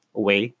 away